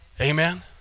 Amen